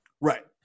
right